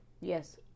Yes